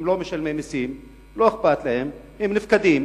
הם לא משלמי מסים, לא אכפת להם, הם נפקדים,